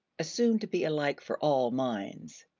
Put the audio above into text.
assumed to be alike for all minds.